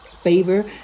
favor